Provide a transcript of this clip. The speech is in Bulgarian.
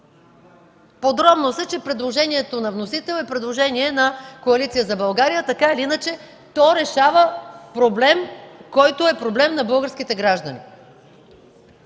Подробност е, че предложението на вносителя е предложение на Коалиция за България. Така или иначе то решава проблем, който е проблем на българските граждани.